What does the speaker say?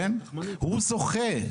הוא זוכה,